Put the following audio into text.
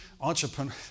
Entrepreneur